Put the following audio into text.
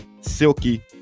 Silky